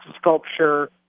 sculpture